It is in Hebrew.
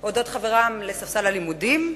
על חברם לספסל הלימודים,